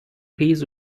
his